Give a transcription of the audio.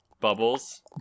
bubbles